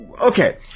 Okay